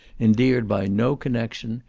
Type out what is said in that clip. endeared by no connexion,